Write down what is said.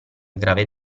grave